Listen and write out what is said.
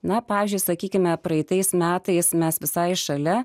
na pavyzdžiui sakykime praeitais metais mes visai šalia